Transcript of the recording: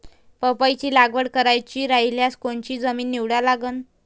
पपईची लागवड करायची रायल्यास कोनची जमीन निवडा लागन?